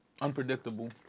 unpredictable